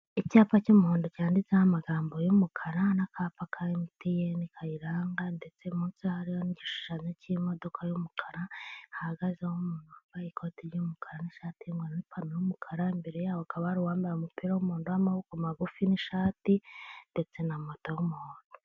Icyapa cy'umuhondo cyanditseho amagambo y'umukara, n'akapa ka emutiyene kayiranga, ndetse munsi hariho n'igishushanyo cy'imodoka y'umukara, hahagazeho umuntu wambaye ikoti ry'umukara n'ishati y'umweru n'ipantaro y'umukara, imbere yaho akabari uwambaye umupira w'umuhondo w'amaboko magufi n'ishati, ndetse na moto y'umuhondo.